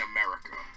America